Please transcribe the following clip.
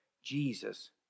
Jesus